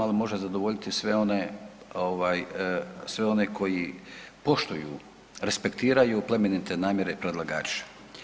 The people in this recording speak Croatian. Ali može zadovoljiti sve one koji poštuju, repsektiraju plemenite namjere predlagača.